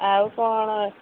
ଆଉ କ'ଣ